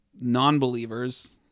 non-believers—